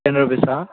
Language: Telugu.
టెన్ రుపీసా